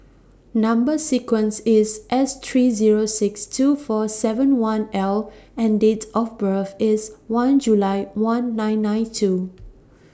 Number sequence IS S three Zero six two four seven one L and Date of birth IS one July one nine nine two